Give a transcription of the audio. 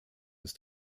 ist